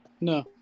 no